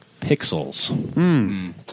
Pixels